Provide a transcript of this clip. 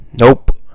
Nope